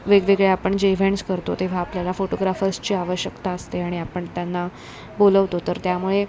वेगवेगळे आपण जे इवेंट्स करतो तेव्हा आपल्याला फोटोग्राफर्सची आवश्यकता असते आणि आपण त्यांना बोलवतो तर त्यामुळे